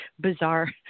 bizarre